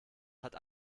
hat